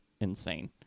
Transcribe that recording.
insane